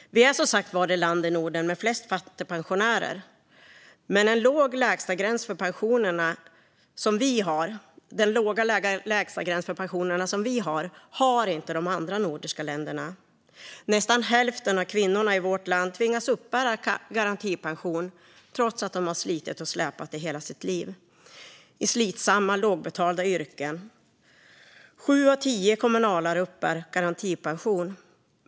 Vi är som sagt det land i Norden med flest fattigpensionärer. Den låga lägstagräns för pensionerna som Sverige har, har inte de andra nordiska länderna. Nästan hälften av kvinnorna i vårt land tvingas uppbära garantipension trots att de har slitit och släpat i hela sitt liv i lågbetalda yrken. Sju av tio kommunalare uppbär garantipension.